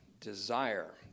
Desire